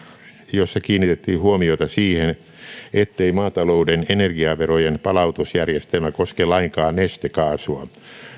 jossa kiinnitettiin huomiota siihen ettei maatalouden energiaverojen palautusjärjestelmä koske lainkaan nestekaasua